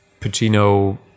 Pacino